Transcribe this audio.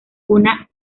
una